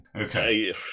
Okay